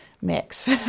mix